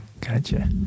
Gotcha